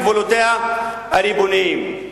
מגבולותיה הריבוניים.